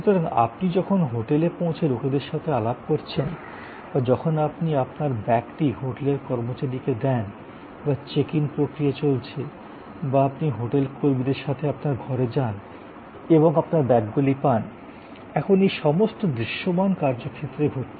সুতরাং আপনি যখন হোটেলে পৌঁছে লোকদের সাথে আলাপ করছেন বা যখন আপনি আপনার ব্যাগটি হোটেলের কর্মচারীকে দেন বা চেক ইন প্রক্রিয়া চলছে বা আপনি হোটেল কর্মীদের সাথে আপনার ঘরে যান এবং আপনার ব্যাগগুলি পান এখন এই সমস্ত দৃশ্যমান কার্যক্ষেত্রে ঘটছে